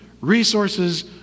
resources